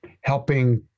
helping